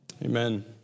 Amen